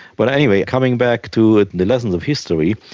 but anyway, coming back to the lessons of history,